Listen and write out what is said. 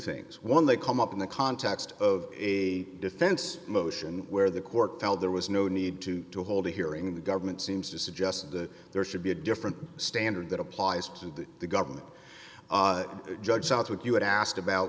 things one they come up in the context of a defense motion where the court felt there was no need to to hold a hearing the government seems to suggest that there should be a different standard that applies and that the government judge southwick you would ask about